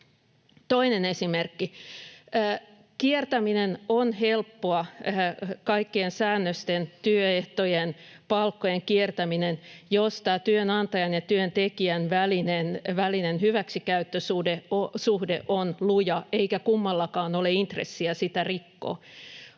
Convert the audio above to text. Toinen esimerkki: Kiertäminen on helppoa — kaikkien säännösten, työehtojen, palkkojen kiertäminen — jos tämä työnantajan ja työntekijän välinen hyväksikäyttösuhde on luja eikä kummallakaan ole intressiä sitä rikkoa.